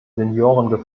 senioren